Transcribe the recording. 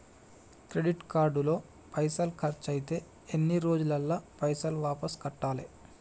Credit card లో పైసల్ ఖర్చయితే ఎన్ని రోజులల్ల పైసల్ వాపస్ కట్టాలే?